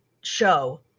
show